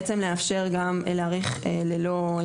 זה בעצם בא כדי לאפשר להאריך ללא התניה.